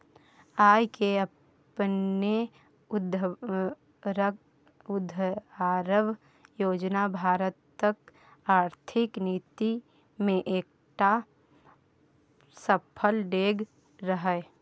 आय केँ अपने उघारब योजना भारतक आर्थिक नीति मे एकटा सफल डेग रहय